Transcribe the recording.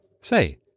Say